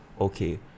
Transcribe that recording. okay